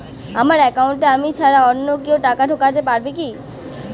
আমার একাউন্টে আমি ছাড়া অন্য কেউ টাকা ঢোকাতে পারবে কি?